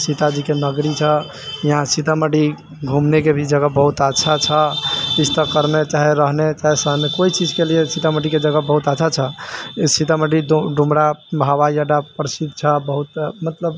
सीताजीके नगरी छऽ यहाँ सीतामढ़ी घुमनेके भी जगह बहुत अच्छा छऽ तीर्थ करने रहने चाहे कोइ चीजके लिए सीतामढ़ीके जगह बहुत अच्छा छऽ सीतामढ़ी डुमरा हवाइअड्डा प्रसिद्ध छऽ बहुत मतलब